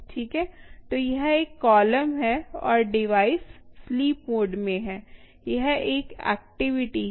तो यह एक कॉलम है और डिवाइस स्लीप मोड मे है यह एक एक्टिविटी है